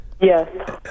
Yes